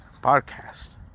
podcast